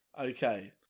Okay